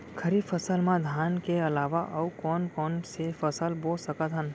खरीफ फसल मा धान के अलावा अऊ कोन कोन से फसल बो सकत हन?